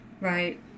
Right